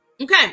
Okay